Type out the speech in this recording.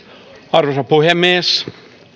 arvoisa puhemies